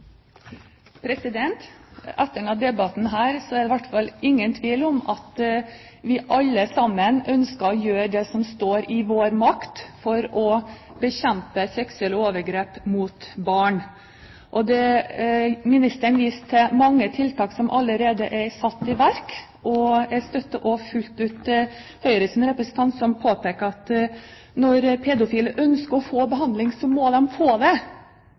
å gjøre det som står i vår makt for å bekjempe seksuelle overgrep mot barn. Statsråden viste til mange tiltak som allerede er satt i verk, og jeg støtter også fullt ut Høyres representant, som påpeker at når pedofile ønsker å få behandling, må de få det,